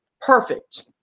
perfect